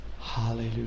Hallelujah